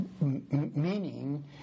meaning